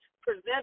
present